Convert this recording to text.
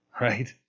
right